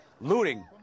Looting